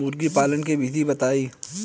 मुर्गी पालन के विधि बताई?